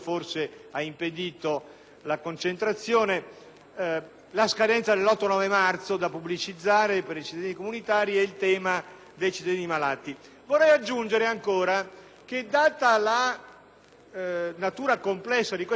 la scadenza dell'8 e del 9 marzo da pubblicizzare per i cittadini comunitari e il tema dei cittadini malati. Vorrei aggiungere ancora che, data la natura complessa del provvedimento, si è pensato da parte di diversi